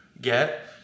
get